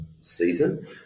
season